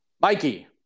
Mikey